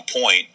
point